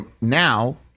Now